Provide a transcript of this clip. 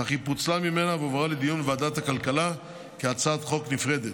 אך היא פוצלה ממנה והועברה לדיון בוועדת הכלכלה כהצעת חוק נפרדת.